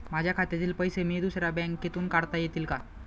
माझ्या खात्यातील पैसे मी दुसऱ्या बँकेतून काढता येतील का?